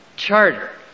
charter